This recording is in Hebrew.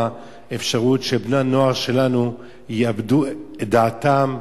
אפשרות שבני-הנוער שלנו יאבדו את דעתם,